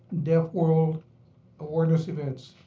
deaf world awareness events.